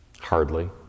Hardly